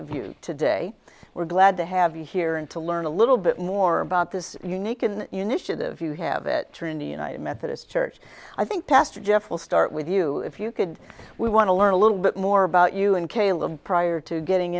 of you today we're glad to have you here and to learn a little bit more about this unique and initiative you have that trinity united methodist church i think pastor jeff will start with you if you could we want to learn a little bit more about you and caleb prior to getting